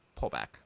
pullback